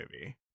movie